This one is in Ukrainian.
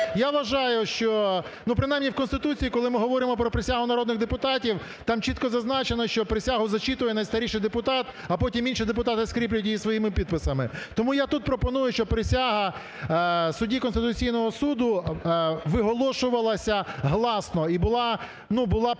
Я вважаю, що принаймні в Конституції, коли ми говоримо про присягу народних депутатів, там чітко зазначено, що присягу зачитує найстаріший депутат, а потім інші депутати скріплюють її своїми підписами. Тому я тут пропоную, щоб присяга судді Конституційного Суду виголошувалася гласно і була